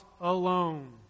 alone